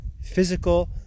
physical